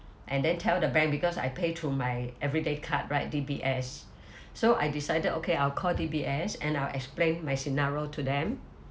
and then tell the bank because I pay through my everyday card right D_B_S so I decided okay I'll call D_B_S and I'll explain my scenario to them